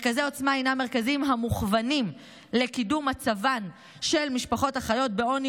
מרכזי עוצמה הם מרכזים המוכוונים לקידום מצבן של משפחות החיות בעוני